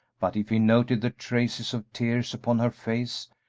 but if he noted the traces of tears upon her face,